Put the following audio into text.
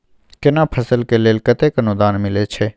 केना फसल के लेल केतेक अनुदान मिलै छै?